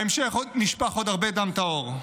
בהמשך נשפך עוד הרבה דם טהור: